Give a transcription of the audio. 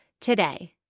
today